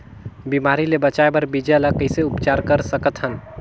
बिमारी ले बचाय बर बीजा ल कइसे उपचार कर सकत हन?